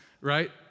right